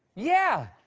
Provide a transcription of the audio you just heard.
yeah,